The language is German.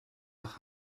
nach